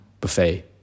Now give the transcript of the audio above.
Buffet